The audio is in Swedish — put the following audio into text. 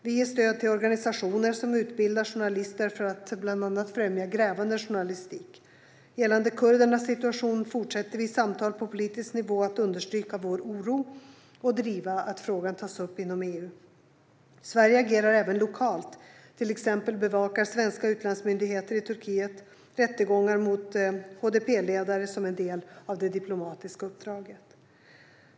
Vi ger också stöd till organisationer som utbildar journalister för att bland annat främja grävande journalistik. Gällande kurdernas situation fortsätter vi i samtal på politisk nivå att understryka vår oro och driva att frågan tas upp inom EU. Sverige agerar även lokalt - till exempel bevakar svenska utlandsmyndigheter i Turkiet rättegångar mot HDP-ledare som en del av det diplomatiska uppdraget.